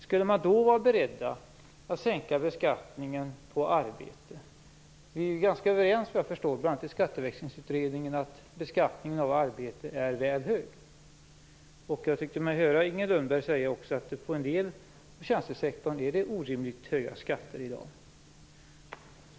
Skulle man då vara beredd att sänka beskattningen av arbete? Vi är ganska överens vad jag förstår - bl.a. i skatteväxlingsutredningen - om att beskattningen av arbete är väl hög. Jag tyckte mig också höra Inger Lundberg säga att det på en del av tjänstesektorn är orimligt höga skatter i dag.